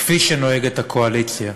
כפי שנוהגת הקואליציה.